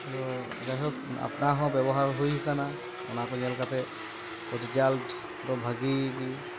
ᱟᱫᱚ ᱡᱟᱭᱦᱳᱠ ᱟᱯᱱᱟᱨᱦᱚᱸ ᱵᱮᱵᱚᱦᱟᱨ ᱦᱩᱭ ᱟᱠᱟᱱᱟ ᱚᱱᱟᱠᱚ ᱧᱮᱞ ᱠᱟᱛᱮᱫ ᱨᱮᱡᱟᱞᱴ ᱫᱚ ᱵᱷᱟᱹᱜᱤ ᱜᱮ